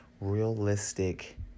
realistic